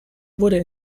wurde